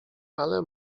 ale